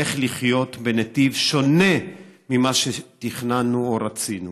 איך לחיות בנתיב שונה ממה שתכננו או רצינו.